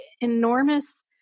enormous